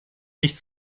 nichts